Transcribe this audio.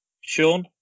Sean